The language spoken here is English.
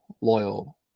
loyal